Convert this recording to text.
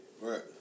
Right